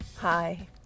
Hi